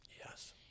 yes